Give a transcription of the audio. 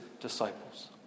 disciples